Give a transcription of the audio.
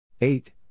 Eight